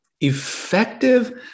effective